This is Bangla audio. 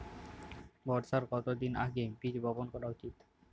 বর্ষার কতদিন আগে বীজ বপন করা উচিৎ?